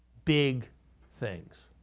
big things.